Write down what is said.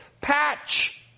Patch